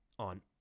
On